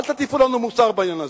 אל תטיפו לנו מוסר בעניין הזה,